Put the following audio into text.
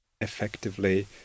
effectively